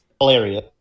hilarious